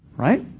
right?